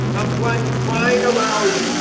of one crying aloud,